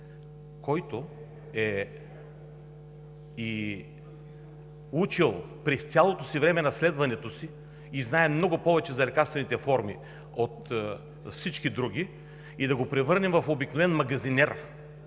който е учил през цялото време на следването си и знае много повече за лекарствените форми от всички други и да го превърнем в обикновен магазинер